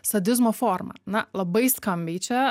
sadizmo forma na labai skambiai čia